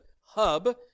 hub